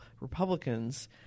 Republicans